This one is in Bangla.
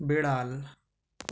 বেড়াল